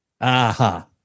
Aha